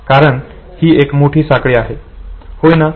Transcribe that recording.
कारण ही एक मोठी साखळी आहे हो ना